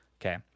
Okay